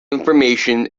information